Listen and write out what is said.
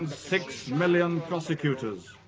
and six million prosecutors